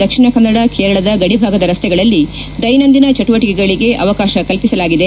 ದಕ್ಷಿಣ ಕನ್ನಡ ಕೇರಳದ ಗಡಿ ಭಾಗದ ರಸ್ತೆಗಳಲ್ಲಿ ದೈನಂದಿನ ಚಟುವಟಿಕೆಗಳಿಗೆ ಅವಕಾಶ ಕಲ್ಪಿಸಲಾಗಿದೆ